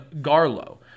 Garlow